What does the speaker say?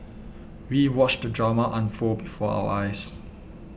we watched drama unfold before our eyes